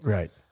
Right